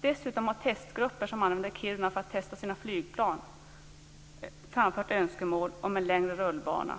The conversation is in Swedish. Dessutom har testgrupper som använder Kiruna för att testa nya flygplan framfört önskemål om en längre rullbana